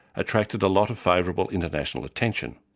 attracted a lot of favourable international attention.